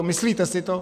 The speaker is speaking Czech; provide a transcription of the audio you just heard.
Myslíte si to?